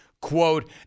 quote